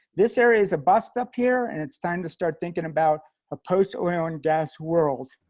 this area is a bust up here, and it's time to start thinking about a post-oil and gas world.